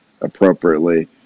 appropriately